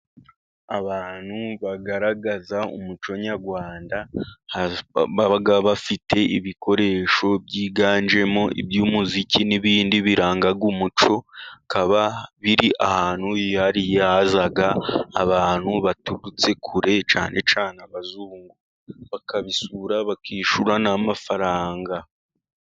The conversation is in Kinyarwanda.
Abantu bagaragaza umuco nyarwanda. Baba bafite ibikoresho byiganjemo; iby'umuziki n'ibindi biranga umuco. Bikaba biri ahantu hihariye yaza abantu baturutse kure cyane cyane abazungu bakabisura bakishyura n'amafaranga.